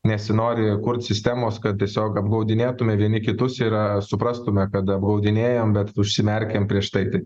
nesinori kurt sistemos kad tiesiog apgaudinėtume vieni kitus ir suprastume kad apgaudinėjam bet užsimerkiam prieš tai tik